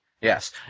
Yes